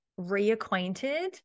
reacquainted